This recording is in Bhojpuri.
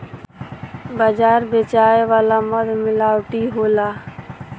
बाजार बेचाए वाला मध मिलावटी होला